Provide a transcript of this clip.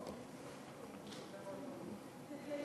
פרסומים